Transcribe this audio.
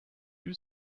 you